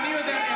מה זה "מי אתה"?